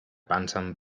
bantam